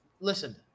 listen